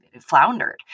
floundered